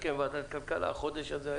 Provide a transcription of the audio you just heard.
הדרך.